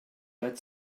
bed